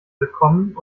willkommen